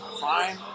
Fine